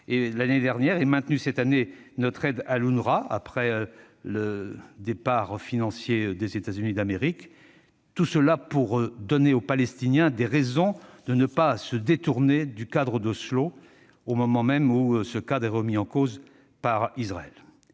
l'année dernière et maintenu cette année notre aide à l'UNRWA, après le départ financier des États-Unis d'Amérique. Tout cela vise à donner aux Palestiniens des raisons de ne pas se détourner du cadre d'Oslo au moment même où celui-ci est remis en cause par Israël.